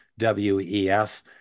WEF